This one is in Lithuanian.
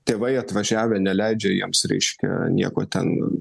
tėvai atvažiavę neleidžia jiems reiškia nieko ten